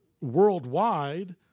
worldwide